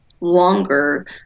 longer